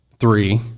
Three